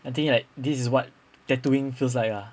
I think like this is what tattooing feels like ah